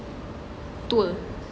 tua